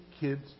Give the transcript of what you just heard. kids